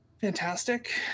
fantastic